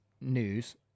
news